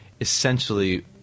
essentially